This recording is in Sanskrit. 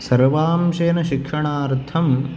सर्वांशेन शिक्षणार्थं